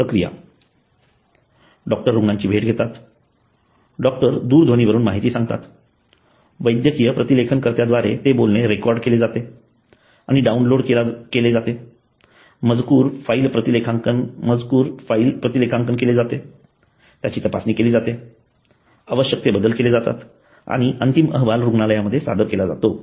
प्रक्रिया डॉक्टर रुग्णांची भेट घेतात डॉक्टर दूरध्वनीवरून माहिती सांगतात वैद्यकीय प्रतिलेखनकर्त्याद्वारे ते बोलणे रेकॉर्ड केला जाते आणि डाउनलोड केला जातो मजकूर फाइल प्रतिलेखांकन केले जाते त्याची तपासणी केली जाते आवश्यक बदल केले जातात आणि अंतिम अहवाल रुग्णालयामध्ये सादर केला जातो